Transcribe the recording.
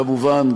כמובן,